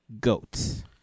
goats